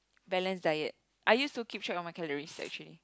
balanced diets I used to keep track of my calorie sessions